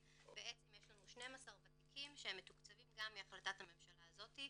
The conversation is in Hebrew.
בעצם יש לנו 12 ותיקים שהם מתוקצבים גם מהחלטת הממשלה הזאת,